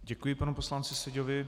Děkuji panu poslanci Seďovi.